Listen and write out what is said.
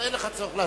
אין לך צורך להשיב.